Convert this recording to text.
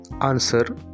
Answer